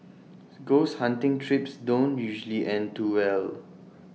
ghost hunting trips don't usually end too well